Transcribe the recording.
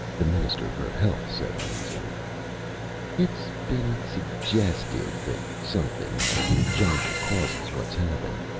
the minister for health said uneasily it's been suggested that something out of the jungle causes what's happened.